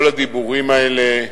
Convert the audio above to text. כל הדיבורים האלה,